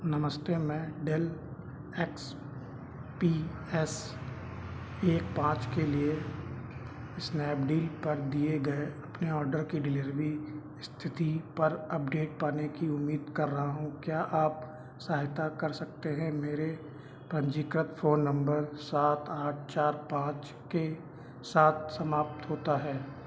नमस्ते मैं Dell X P S एक पाँच के लिए स्नैपडील पर दिए गए अपने ऑर्डर की डिलीरवी स्थिति पर अपडेट पाने की उम्मीद कर रहा हूं क्या आप सहायता कर सकते हैं मेरा पंजीकृत फ़ोन नंबर सात आठ चार पाँच के साथ समाप्त होता है